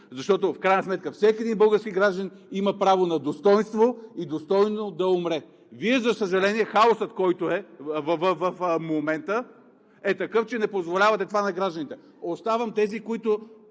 защото в крайна сметка всеки един български гражданин има право на достойнство и достойно да умре! За съжаление, хаосът, който е в момента, е такъв, че Вие не позволявате това на гражданите. Оставям тези, които